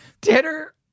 Dinner